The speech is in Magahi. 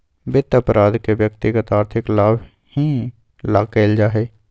वित्त अपराध के व्यक्तिगत आर्थिक लाभ ही ला कइल जा हई